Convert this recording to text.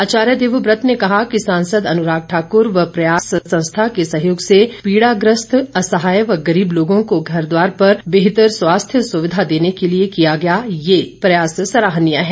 आचार्य देवव्रत ने कहा कि सांसद अनुराग ठाक्र व प्रयास संस्था के सहयोग से पीढ़ा ग्रस्त असहाय व गरीब लोगों को घर द्वार पर बेहतर स्वांस्थ्य सुविधा देने के लिए किया गया ये प्रयास सराहनीय है